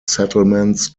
settlements